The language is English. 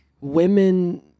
women